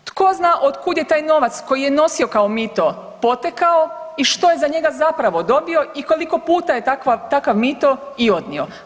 Tko zna od kud je taj novac koji je nosio kao mito potekao i što je za njega zapravo dobio i koliko puta je takav mito i odnio.